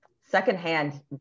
secondhand